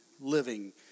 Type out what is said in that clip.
living